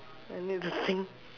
I need to think